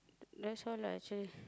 that's all lah actually